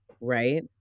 Right